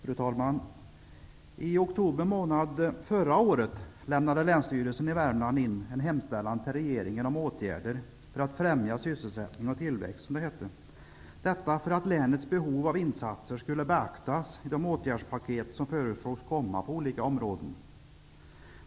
Fru talman! I oktober månad förra året lämnade länsstyrelsen i Värmland in en hemställan till regeringen om åtgärder för att, som det heter, främja sysselsättning och tillväxt, för att länets behov av insatser skulle beaktas i de åtgärdspaket som förutsågs komma på olika områden.